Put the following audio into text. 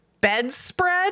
bedspread